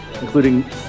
including